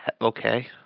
Okay